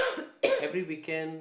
every weekend